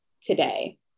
today